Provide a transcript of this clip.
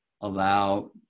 allow